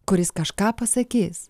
kuris kažką pasakys